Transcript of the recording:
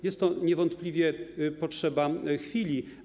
Jest to niewątpliwie potrzeba chwili.